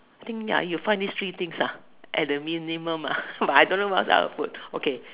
I think ya you will find this three this things ah at the minimum ah but I don't know what else I will put okay